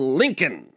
lincoln